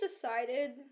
decided